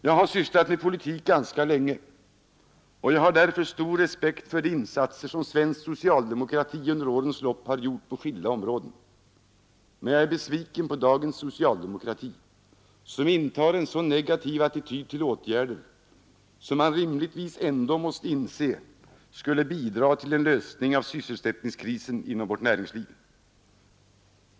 Jag har sysslat med politik ganska länge, och jag har därför stor respekt för de insatser som svensk socialdemokrati under årens lopp har gjort på skilda områden, men jag är besviken på dagens socialdemokrati, som intar så negativ attityd till åtgärder, som man rimligtvis ändå måste inse skulle bidra till en lösning av sysselsättningskrisen inom vårt näringsliv.